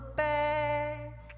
back